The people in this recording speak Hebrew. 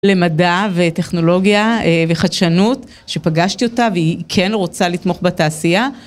למדע, וטכנולוגיה, וחדשנות, שפגשתי אותה והיא כן רוצה לתמוך בתעשייה.